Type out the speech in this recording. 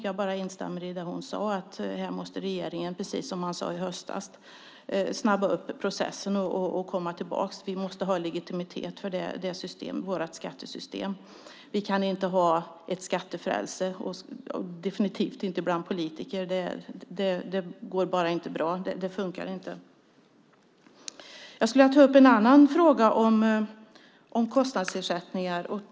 Jag bara instämmer i det hon sade. Här måste regeringen, precis som man sade i höstas, snabba upp processen och komma tillbaka. Vi måste ha legitimitet för vårt skattesystem. Vi kan inte ha ett skattefrälse, definitivt inte bland politiker. Det går bara inte bra. Det funkar inte. Jag skulle vilja ta upp en annan fråga om kostnadsersättningar.